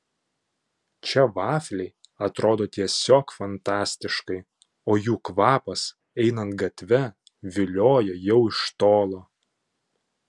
čia vafliai atrodo tiesiog fantastiškai o jų kvapas einant gatve vilioja jau iš tolo